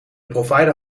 provider